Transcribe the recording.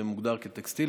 זה מוגדר כטקסטיל.